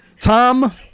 Tom